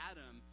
Adam